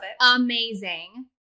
Amazing